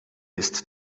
ist